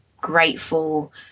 grateful